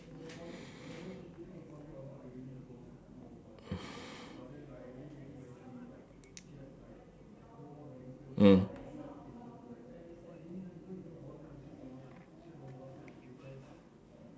mm